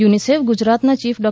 UNICEF ગુજરાતનાં chief ડો